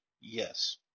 Yes